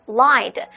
lied